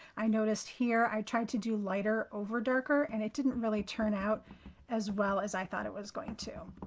i noticed here i tried to do lighter over darker and it didn't really turn out as well as i thought it was going to.